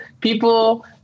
people